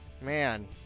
man